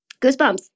Goosebumps